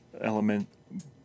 element